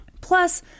Plus